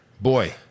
boy